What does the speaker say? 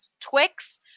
Twix